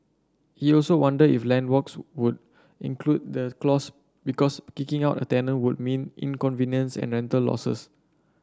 he also wondered if landlords would include the clause because kicking out a tenant would mean inconvenience and rental losses